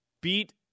beat